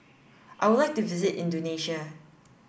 I would like to visit Indonesia